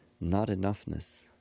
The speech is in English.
not-enoughness